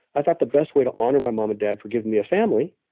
i thought the best way to honor my mom and dad for giving me a family,